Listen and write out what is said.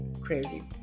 crazy